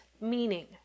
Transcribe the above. meaning